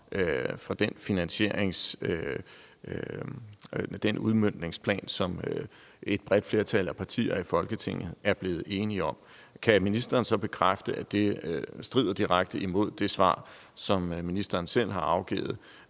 fra den udmøntningsplan, som et bredt flertal af partier i Folketinget er blevet enige om, kan ministeren så bekræfte, at det direkte strider imod det svar, som ministeren selv har afgivet